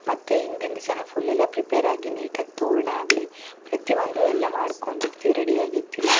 ಮತ್ತು ಹಿಂದಿನ ದಿಸಾನೇ ಫುಲ್ಲೆಲ್ಲ ಪ್ರಿಪೇರಾಗಿ ನೀಟಾಗಿ ತೋರಣ ಆಗಲಿ ಪ್ರತಿ ಒಂದೂ ಎಲ್ಲ ಮಾಡ್ಕೊಂಡಿರ್ತಿ ರೆಡಿಯಾಗಿರ್ತೀವಿ